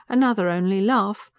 another only laugh,